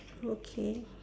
okay